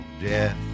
death